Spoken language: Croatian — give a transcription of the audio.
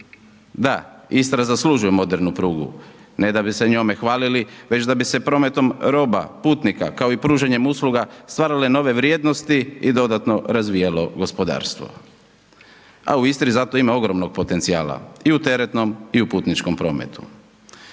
Da, Istra zaslužuje modernu prugu ne da bi se njome hvalili već da bi se prometom roba, putnika, kao i pružanjem usluga stvarale nove vrijednosti i dodatno razvijalo gospodarstvo. A u Istri za to ima ogromnog potencijala i u teretnom i u putničkom prometu.